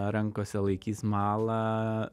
rankose laikys malą